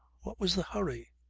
what was the hurry?